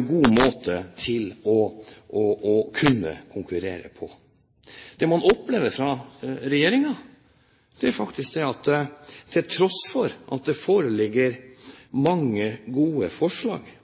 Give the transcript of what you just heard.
god måte å kunne konkurrere på? Det man opplever fra regjeringen, er faktisk at man, til tross for at det foreligger mange gode forslag,